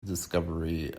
discovery